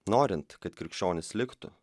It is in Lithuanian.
norint kad krikščionys liktų